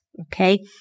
Okay